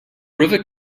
river